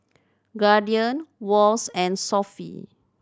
Guardian Wall's and Sofy